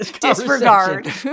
disregard